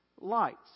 lights